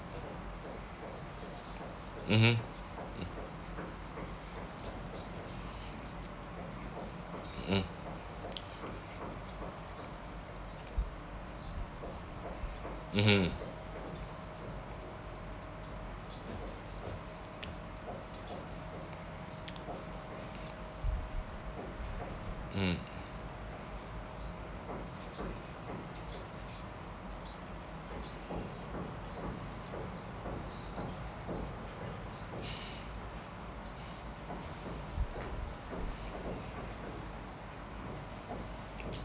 mmhmm mm mmhmm mm